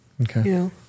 Okay